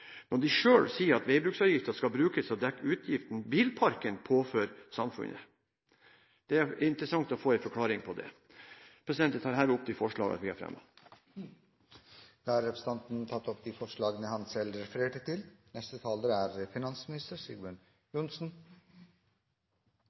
når de selv sier at veibruksavgiften skal brukes til å dekke de utgifter bilparken påfører samfunnet. Det blir interessant å få en forklaring på det. Jeg tar herved opp det forslaget Fremskrittspartiet har fremmet. Representanten Kenneth Svendsen har tatt opp det forslaget han refererte til. Heller ikke i denne saken er